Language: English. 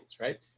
right